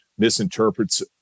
misinterprets